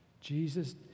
Jesus